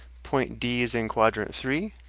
point d is in quadrant three.